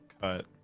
cut